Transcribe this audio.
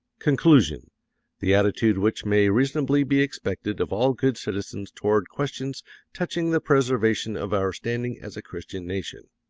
conclusion the attitude which may reasonably be expected of all good citizens toward questions touching the preservation of our standing as a christian nation.